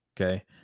Okay